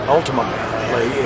Ultimately